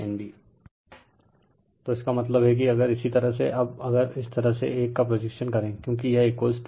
Refer Slide Time 2625 तो इसका मतलब है कि अगर इसी तरह से अब अगर इस तरह से एक का प्रोजेक्शन करेंक्योकि यह यह हैं